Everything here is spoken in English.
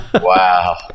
Wow